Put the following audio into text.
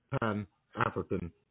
Pan-African